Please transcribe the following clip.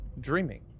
dreaming